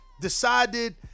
Decided